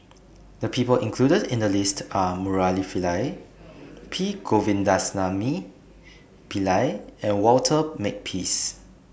The People included in The list Are Murali Pillai P Govindasamy Pillai and Walter Makepeace